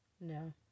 No